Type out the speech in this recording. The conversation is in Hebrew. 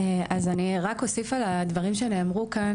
אני רק אוסיף על הדברים שנאמרו כאן,